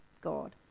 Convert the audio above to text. God